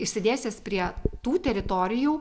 išsidėstęs prie tų teritorijų